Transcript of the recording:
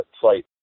flight